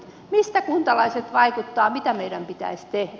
mikä kuntalaisiin vaikuttaa mitä meidän pitäisi tehdä